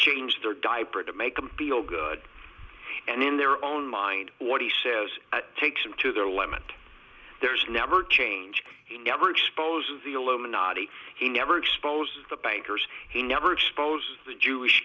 changed their diaper to make them feel good and in their own mind what he says takes them to their limit there's never change he never exposes the illuminati he never exposes the bankers he never exposes the jewish